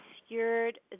obscured